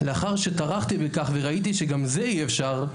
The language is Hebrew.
לאחר שטרחתי בכך וראיתי שגם זה אי-אפשר,